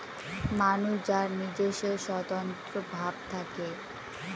মানুষ যার নিজস্ব স্বতন্ত্র ভাব থাকে